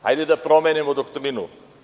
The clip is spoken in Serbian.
Hajde da promenimo doktrinu.